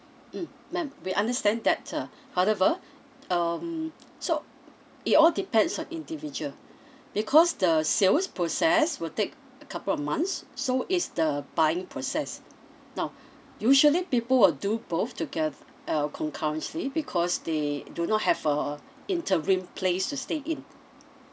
mm madam we understand that uh however um so it all depends on individual because the sales process will take a couple of months so it's the buying process now usually people will do both toge~ err concurrently because they do not have a interim place to stay in